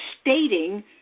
stating